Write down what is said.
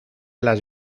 las